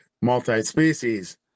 Multi-Species